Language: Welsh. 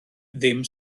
ddim